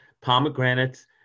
pomegranates